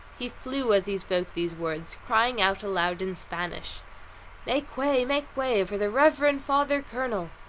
he flew as he spoke these words, crying out aloud in spanish make way, make way, for the reverend father colonel.